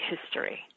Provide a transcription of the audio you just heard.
history